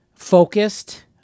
Focused